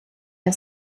der